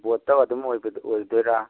ꯕꯣꯠꯇ ꯑꯗꯨꯝ ꯑꯣꯏꯗꯣꯏꯔꯥ